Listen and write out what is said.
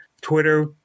Twitter